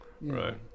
Right